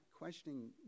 questioning